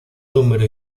número